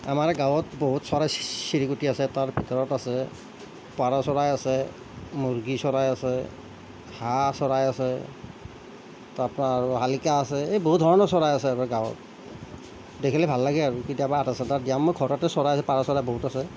আমাৰ গাঁৱত বহুত চৰাই চিৰিকটি আছে তাৰ ভিতৰত আছে পাৰ চৰাই আছে মুৰ্গী চৰাই আছে হাঁহ চৰাই আছে তাৰ পৰা আৰু শালিকা আছে এই বহুত ধৰণৰ চৰাই আছে আমাৰ গাঁৱত দেখিলে ভাল লাগে আৰু কেতিয়াবা আটা চাটা দিয়া মোৰ ঘৰতেতো চৰাই পাৰ চৰাই বহুত আছে